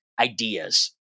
ideas